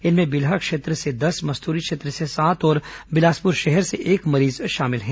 इनमें बिल्हा क्षेत्र से दस मस्तुरी क्षेत्र से सात और बिलासपुर शहर से एक मरीज शामिल हैं